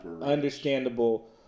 understandable